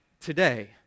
today